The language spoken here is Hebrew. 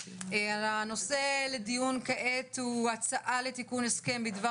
הנושא לדיון כעת הוא הצעה לתיקון הסכם בדבר